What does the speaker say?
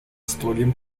строгим